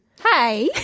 Hi